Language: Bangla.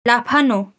লাফানো